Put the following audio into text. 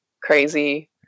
crazy